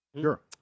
Sure